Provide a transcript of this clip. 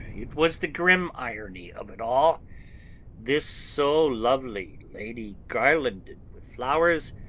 it was the grim irony of it all this so lovely lady garlanded with flowers,